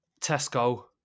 Tesco